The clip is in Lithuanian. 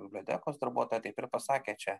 bibliotekos darbuotoja taip ir pasakė čia